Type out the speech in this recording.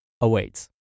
awaits